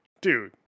dude